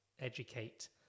educate